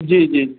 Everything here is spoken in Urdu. جی جی